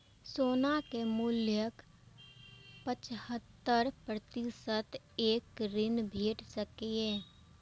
सोना के मूल्यक पचहत्तर प्रतिशत तक ऋण भेट सकैए